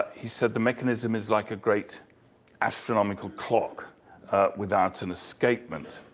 he said, the mechanism is like a great astronomical clock without an escapement.